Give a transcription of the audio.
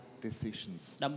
decisions